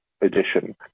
edition